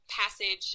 passage